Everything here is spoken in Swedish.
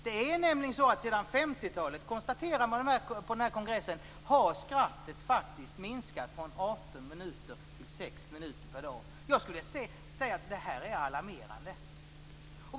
Man konstaterade nämligen på kongressen att skrattet sedan 50-talet faktiskt har minskat från 18 minuter till 6 minuter per dag. Det här är alarmerande.